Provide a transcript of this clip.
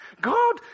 God